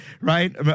right